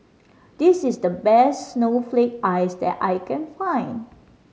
this is the best snowflake ice that I can find